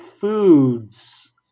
Foods